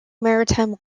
maritime